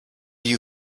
you